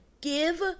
give